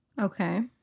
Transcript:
Okay